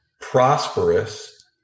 prosperous